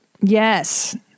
Yes